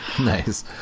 nice